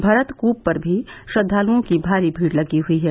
भरत कूप पर भी श्रद्वालुओं की भारी भीड़ लगी हुई है